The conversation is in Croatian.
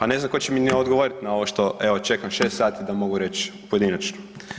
A ne znam tko će mi odgovoriti na ovo što evo, čekam 6 sati da mogu reći pojedinačno.